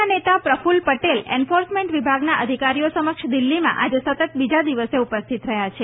ના નેતા પ્રફુલ પટેલ એન્ફોર્સમેન્ટ વિભાગના અધિકારીઓ સમક્ષ દિલ્હીમાં આજે સતત બીજા દિવસે ઉપસ્થિત રહ્યા છે